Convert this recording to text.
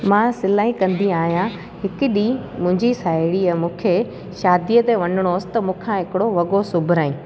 मां सिलाई कंदी आहियां हिकु ॾींहुं मुंहिंजी साहेड़ीअ मूंखे शादीअ ते वञिणो हुअसि त मूंखां हिकिड़ो वॻो सुबराईं